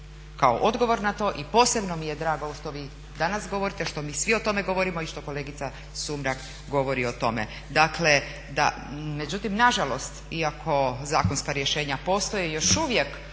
kao odgovor na to. Posebno mi je drago ovo što vi danas govorite, što mi svi o tome govorimo i što kolegica Sumrak govori o tome. Međutim nažalost, iako zakonska rješenja postoje još uvijek